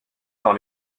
dans